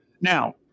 Now